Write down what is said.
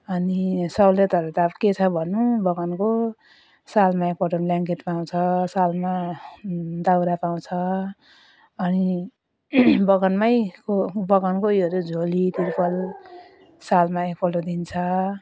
अनि सहुलियतहरू त अब के छ भनु बगानको सालमा एकपटक ब्ल्याङकेट पाउँछ सालमा दाउरा पाउँछ अनि बगानमै को बगानकोहरू झोली तिर्पाल सालमा एकपल्ट दिन्छ